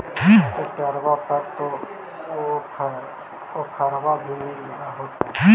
ट्रैक्टरबा पर तो ओफ्फरबा भी मिल होतै?